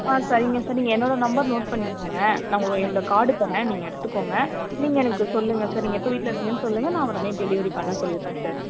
ஆ சரிங்க சார் நீங்கள் என்னோடய நம்பர் நோட் பண்ணிக்கோங்க நாங்கள் எங்களோடய கார்டு தரேன் நீங்கள் எடுத்துக்கோங்க நீங்கள் எனக்கு சொல்லுங்க சார் நீங்கள் எப்போ வீட்டில் இருப்பீங்கனு சொல்லுங்க நான் உடனே டெலிவரி பண்ண சொல்லிடறேன் சார்